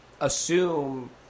assume